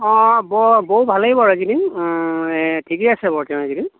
অঁ বৌ বৌ ভালেই বাৰু এইকেইদিন ঠিকে আছে বৰ্তমান এইকেইদিন